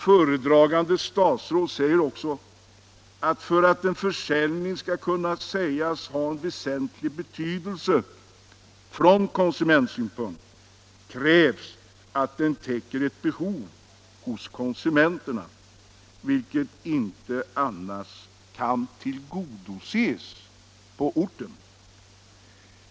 Föredragande statsrådet säger också att för att en försäljning skall kunna sägas ha väsentlig betydelse från konsumentsynpunkt krävs att den täcker ett behov hos konsumenterna vilket inte annars kan tillgodoses på orten.